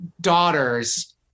daughters